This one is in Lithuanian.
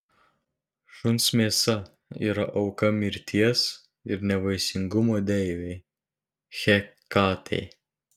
šuns mėsa yra auka mirties ir nevaisingumo deivei hekatei